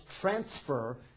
transfer